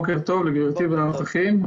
בוקר טוב לגברתי ולנוכחים,